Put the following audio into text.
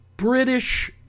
British